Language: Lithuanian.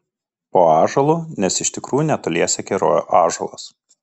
po ąžuolu nes iš tikrųjų netoliese kerojo ąžuolas